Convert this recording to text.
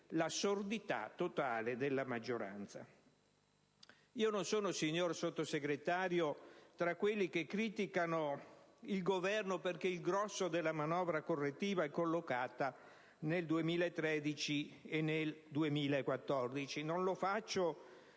la sordità totale della maggioranza. Signor Sottosegretario, non sono tra quelli che criticano il Governo perché il grosso della manovra correttiva è collocata nel 2013 e nel 2014. Non lo faccio